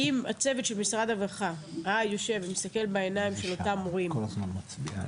אם הצוות של משרד הרווחה היה יושב ומסתכל בעיניים של אותם הורים אגב,